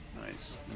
Nice